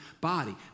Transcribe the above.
body